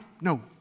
no